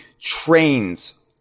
trains